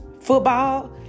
Football